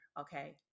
Okay